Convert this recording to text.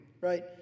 right